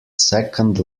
second